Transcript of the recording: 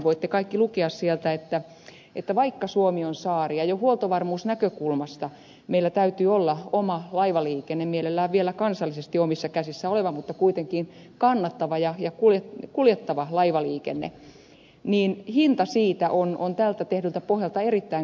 voitte kaikki lukea sieltä että vaikka suomi on saari ja jo huoltovarmuusnäkökulmasta meillä täytyy olla oma laivaliikenne mielellään vielä kansallisesti omissa käsissä oleva mutta kuitenkin kannattava ja kuljettava laivaliikenne niin hinta siitä on tältä tehdyltä pohjalta erittäin korkea elinkeinoelämälle